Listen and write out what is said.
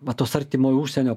va tuos artimojo užsienio